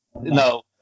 No